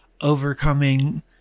overcoming